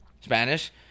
Spanish